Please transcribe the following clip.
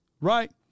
right